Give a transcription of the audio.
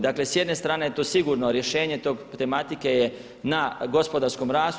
Dakle, s jedne strane je to sigurno rješenje te tematike je na gospodarskom rastu.